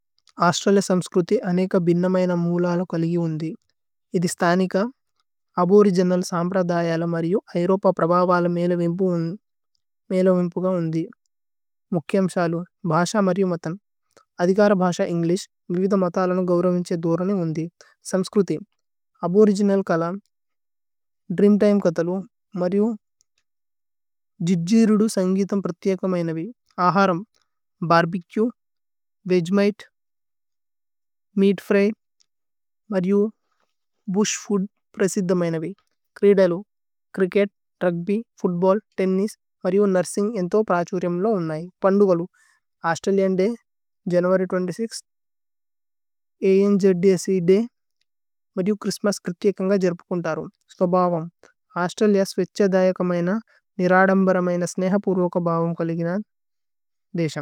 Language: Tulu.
അശ്ത്രല്യ സമ്സ്ക്രുതി അനേക ബിന്ന മൈന മൂല അല। കലിഗി ഉന്ദി ഇതി സ്ഥനിക അബോ ഓരിഗിനല് സമ്ബ്ര। ദയ അല മരിയു അഏരോപ പ്രഭവല മേല വിമ്പു। ഉന്ദി മേല വിമ്പു ഗ ഉന്ദി മുഖ്യമ് ശലു ഭശ। മരിയു മതന് അദികര ഭശ ഏന്ഗ്ലിശ് നിവിദ। മതലനു ഗവ്രവ് വിമ്ഛേ ധുരനി ഉന്ദി സമ്സ്ക്രുതി। അബോ ഓരിഗിനല് കല ദ്രേഅമ് തിമേ കതലു മരിയു। ജിജി രുദു സന്ഘിഥമ് പ്ര്ത്ത്യക മൈനവി। അഹരമ് ഭര്ബേചുഏ വേഗ്മിതേ മേഅത് ഫ്ര്യ് മരിയു। ഭുശ് ഫൂദ് പ്രേസിദമ് മൈനവി ഛ്രീദലു ഛ്രിച്കേത്। രുഗ്ബ്യ് ഫൂത്ബല്ല് തേന്നിസ് മരിയു നുര്സിന്ഗ് പന്ദു। കലു അശ്ത്രല്യാന് ദയ് ജനുഅര്യ് ൨൬ഥ് അ&ജ്ദ്സേ ദയ്। മരിയു। ഛ്ഹ്രിസ്ത്മസ് പ്ര്ത്ത്യക മൈന ജേര്പുകുന്। തരു സ്പബവമ് അശ്ത്രല്യ മരിയു അശ്ത്രല്യാന്। ദയ് മരിയു മരിയു അശ്ത്രല്യാന് ദയ് മരിയു। അശ്ത്രല്യാന് ദയ് അശ്ത്രല്യാന് ദയ് മരിയു മരിയു।